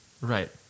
Right